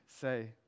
say